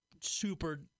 super